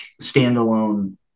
standalone